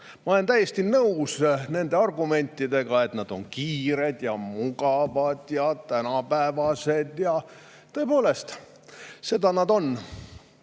Ma olen täiesti nõus nende argumentidega, et nad on kiired, mugavad ja tänapäevased. Tõepoolest, seda nad on.